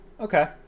okay